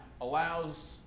allows